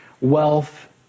wealth